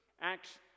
Acts